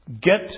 get